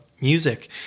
music